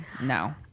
no